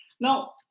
Now